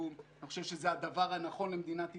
אני חושב שזה הדבר הנכון למדינת ישראל.